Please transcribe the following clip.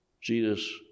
Jesus